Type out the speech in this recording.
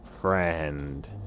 friend